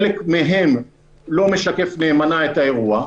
חלק מהם לא משקף נאמנה את האירוע,